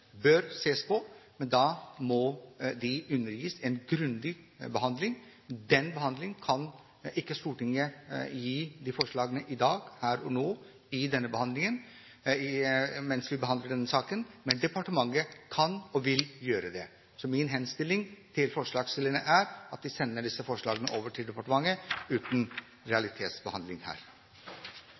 ses på, men da må de undergis en grundig behandling. Den behandlingen kan ikke Stortinget gi de forslagene i dag, her og nå mens vi behandler denne saken, men departementet kan og vil gjøre det. Så min henstilling til forslagsstillerne er at de sender disse forslagene over til departementet uten realitetsbehandling her.